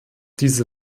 diese